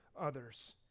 others